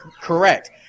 Correct